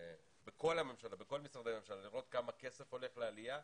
בכל משרדי הממשלה לראות כמה כסף הולך לעלייה,